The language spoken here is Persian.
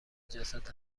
جسد